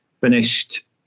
finished